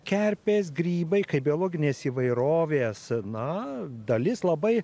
kerpės grybai kaip biologinės įvairovės na dalis labai